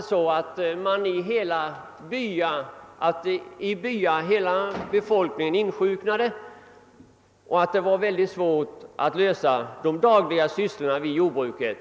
Då var det så att hela befolkningen i vissa byar insjuknade och därför fick stora problem med att sköta de dagliga sysslorna i jordbruket.